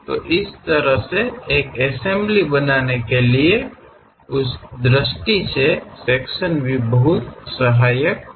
ಆದ್ದರಿಂದ ಇದು ಒಬ್ಬರು ಜೋಡಣೆ ಮಾಡುವ ಒಂದು ವಿಧಾನ ಆ ದೃಷ್ಟಿಕೋನಕ್ಕಾಗಿ ವಿಭಾಗೀಯ ವೀಕ್ಷಣೆಗಳು ಬಹಳ ಸಹಾಯಕವಾಗಿವೆ